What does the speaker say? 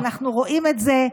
אנחנו רואים את זה,